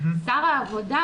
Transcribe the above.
שר העבודה,